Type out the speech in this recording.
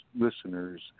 listeners